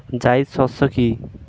জায়িদ শস্য কি?